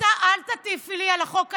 את אל תטיפי לי על החוק הזה,